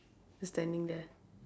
just standing there